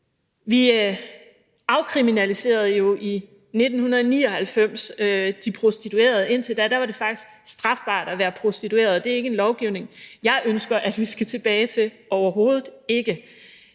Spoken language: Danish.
Vi afkriminaliserede jo i 1999 de prostituerede. Indtil da var det faktisk strafbart at være prostitueret, og det er ikke en lovgivning, jeg ønsker vi skal tilbage til – overhovedet ikke.